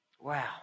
Wow